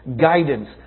Guidance